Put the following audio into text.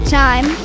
time